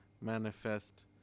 manifest